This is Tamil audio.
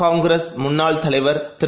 காங்கிரஸ்முன்னாள்தலைவர்திரு